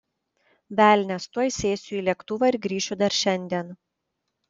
velnias tuoj sėsiu į lėktuvą ir grįšiu dar šiandien